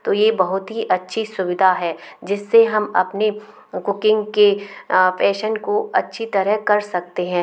तो ये बहुत ही अच्छी सुविधा है जिससे हम अपनी कुकिंग के पेशन को अच्छी तरह कर सकते हैं